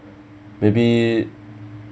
maybe